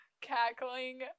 cackling